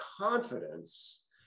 confidence